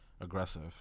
aggressive